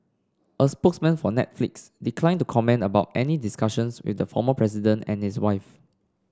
a spokesman for Netflix declined to comment about any discussions with the former president and his wife